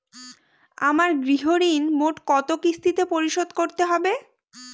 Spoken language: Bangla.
আমার গৃহঋণ মোট কত কিস্তিতে পরিশোধ করতে হবে?